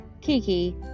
Kiki